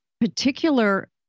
particular